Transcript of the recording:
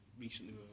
recently